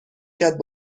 کرد